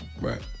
right